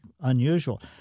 unusual